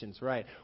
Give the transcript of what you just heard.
right